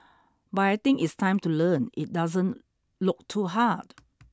but I think it's time to learn it doesn't look too hard